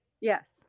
Yes